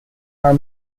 are